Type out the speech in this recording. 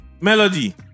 Melody